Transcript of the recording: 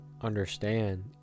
understand